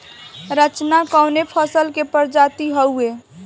रचना कवने फसल के प्रजाति हयुए?